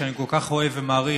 שאני כל כך אוהב ומעריך,